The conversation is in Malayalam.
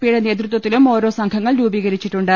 പി യുടെ നേതൃത്വത്തിലും ഓരോ സംഘങ്ങൾ രൂപീകരിച്ചിട്ടുണ്ട്